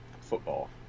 football